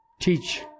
Teach